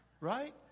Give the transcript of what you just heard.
Right